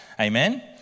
Amen